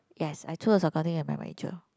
yes I choose accounting as my major